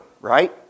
right